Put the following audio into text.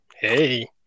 Hey